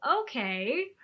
okay